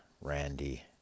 Randy